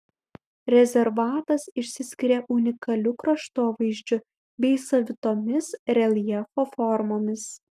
rezervatas išsiskiria unikaliu kraštovaizdžiu bei savitomis reljefo formomis